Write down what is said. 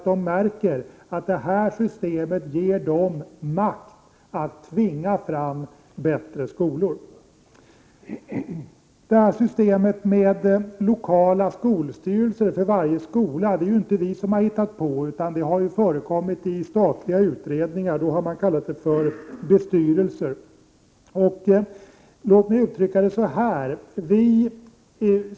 De märker att systemet ger dem makt, så att de kan tvinga fram bättre skolor. Systemet med lokal skolstyrelse för varje skola har inte vi hittat på. Det har förekommit i statliga utredningar. Då har det kallats bestyrelser.